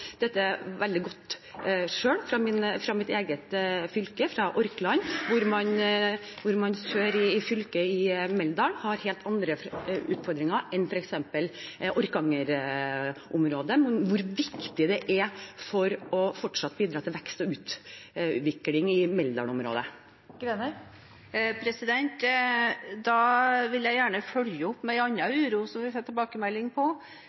dette veldig godt selv fra mitt eget fylke, fra Orkland, hvor man i sør, i Meldal, har helt andre utfordringer enn f.eks. i Orkanger-området, og man ser hvor viktig det er for fortsatt å bidra til vekst og utvikling i Meldal-området. Det blir oppfølgingsspørsmål – først Heidi Greni. Da vil jeg gjerne følge opp med en annen uro som vi har fått tilbakemelding på,